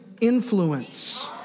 influence